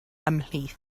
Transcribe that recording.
ymhlith